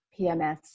PMS